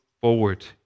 forward